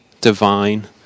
divine